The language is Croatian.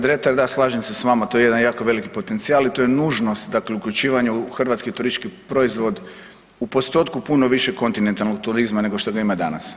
Poštovani kolega Dretar, da slažem se s vama, to je jedan jako veliki potencijal i to je nužnost dakle uključivanja u hrvatski turistički proizvod u postotku puno više kontinentalnog turizma nego što ga ima danas.